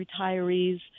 retirees